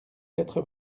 quatre